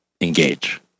engage